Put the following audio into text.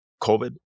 COVID